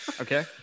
Okay